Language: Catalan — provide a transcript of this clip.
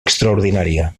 extraordinària